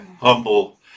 humble